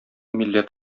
милләт